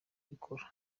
ubikora